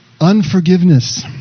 unforgiveness